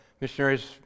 missionaries